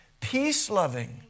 peace-loving